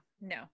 No